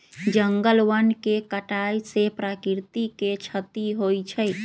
जंगल वन के कटाइ से प्राकृतिक के छति होइ छइ